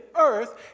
earth